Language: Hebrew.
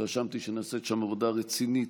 התרשמתי שנעשית שם עבודה רצינית,